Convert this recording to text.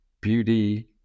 Beauty